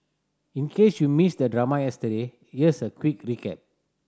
in case you missed the drama yesterday here's a quick recap